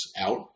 out